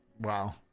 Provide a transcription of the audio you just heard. Wow